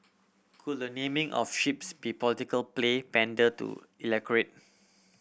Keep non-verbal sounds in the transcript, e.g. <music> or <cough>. could the naming of ships be political play pander to <unintelligible>